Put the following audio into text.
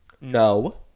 No